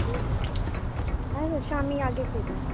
ते ओह् शामीं आह्गे फिर तां